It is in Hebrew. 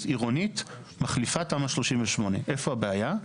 עירונית מחליפת תמ"א 38. איפה הבעיה?